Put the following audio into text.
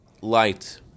light